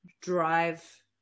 drive